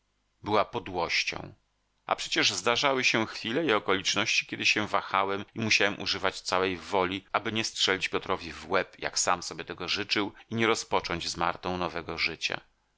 była podłością a przecież zdarzały się chwile i okoliczności kiedy się wahałem i musiałem używać całej woli aby nie strzelić piotrowi w łeb jak sam sobie tego życzył i nie rozpocząć z martą nowego życia